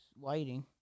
waiting